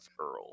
Earl